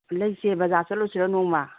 ꯂꯩꯁꯦ ꯕꯖꯥꯔ ꯆꯠꯂꯨꯁꯤꯔꯣ ꯅꯣꯡꯃ